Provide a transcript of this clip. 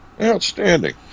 Outstanding